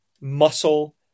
muscle